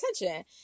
attention